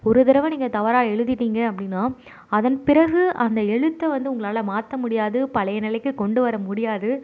ஒரு தடவ நீங்கள் தவறாக எழுதிட்டிங்க அப்படின்னா அதன் பிறகு அந்த எழுத்தை வந்து உங்களால் மாற்ற முடியாது பழைய நிலைக்கு கொண்டு வர முடியாது